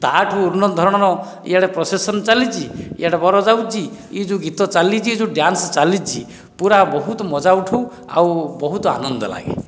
ତା'ଠାରୁ ଉନ୍ନତ ଧରଣର ଇଆଡ଼େ ପ୍ରସେସନ୍ ଚାଲିଛି ଇଆଡ଼େ ବର ଯାଉଛି ଇଏ ଯେଉଁ ଗୀତ ଚାଲିଛି ଇଏ ଯେଉଁ ଡାନ୍ସ ଚାଲିଛି ପୁରା ବହୁତ ମଜା ଉଠଉ ଆଉ ବହୁତ ଆନନ୍ଦ ଲାଗେ